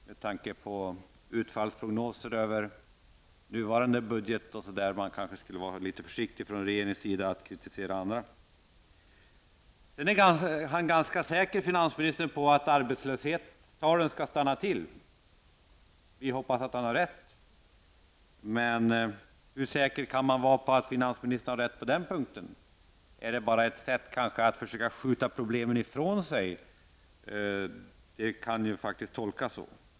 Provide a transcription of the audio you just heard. Med tanke på utfallsprognosen över nuvarande budget bör man kanske vara litet försiktig från regeringens sida med att kritisera andra partier. Finansministern är ganska säker på att arbetslöshetstalen skall stanna upp. Vi hoppas att han har rätt. Men hur säker kan man vara på att finansministern har rätt på den punkten? Det kanske bara är ett sätt att försöka skjuta problemen ifrån sig. Det kan faktiskt tolkas så.